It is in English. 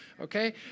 okay